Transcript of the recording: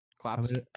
Claps